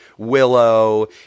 willow